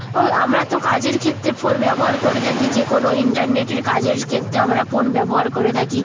আমরা তো কাজের ক্ষেত্রে ফোন ব্যবহার করে থাকি যে কোনো ইন্টারনেটের কাজের ক্ষেত্রে আমরা ফোন ব্যবহার করে থাকি